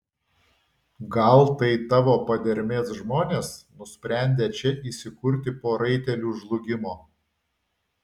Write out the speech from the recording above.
gal tai tavo padermės žmonės nusprendę čia įsikurti po raitelių žlugimo